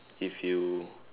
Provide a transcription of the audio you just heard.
if you